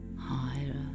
higher